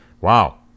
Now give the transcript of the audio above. Wow